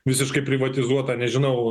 visiškai privatizuota nežinau